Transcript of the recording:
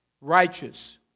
Righteous